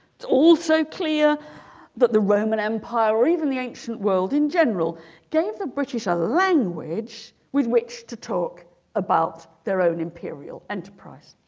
it's also clear that the roman empire or even the ancient world in general gave the british a language with which to talk about their own imperial enterprise